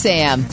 Sam